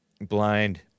blind